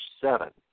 seven